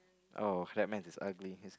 oh clap hand is ugly